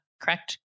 Correct